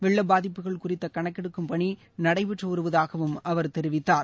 வெள்ளப்பாதிப்புகள் குறித்த கணக்கெடுக்கும் பணி நடைபெற்று வருவதாகவும் அவர் தெரிவித்தார்